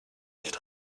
nicht